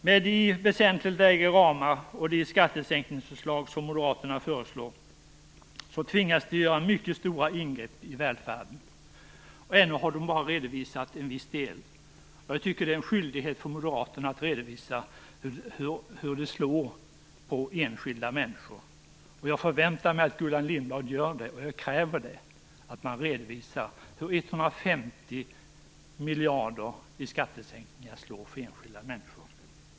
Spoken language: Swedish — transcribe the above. Med de väsentligt lägre ramar och de skattesänkningar som Moderaterna föreslår tvingas de göra mycket stora ingrepp i välfärden, och ännu har de bara redovisat en viss del. Jag tycker att det är en skyldighet för Moderaterna att redovisa hur detta slår för enskilda människor. Jag förväntar mig - och jag kräver det - att Gullan Lindblad redovisar hur 150 miljarder i skattesänkningar slår för enskilda människor.